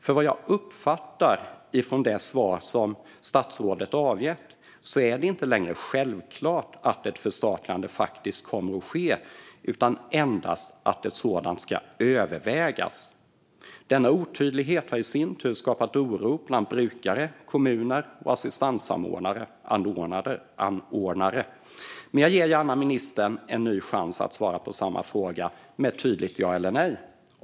För vad jag uppfattar utifrån det svar som statsrådet avgett är det inte längre självklart att ett förstatligande faktiskt kommer att ske utan endast att ett sådant ska övervägas. Denna otydlighet har i sin tur skapat oro bland brukare, kommuner och assistansanordnare. Men jag ger gärna ministern en ny chans att svara på samma fråga med ett tydligt ja eller nej.